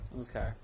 Okay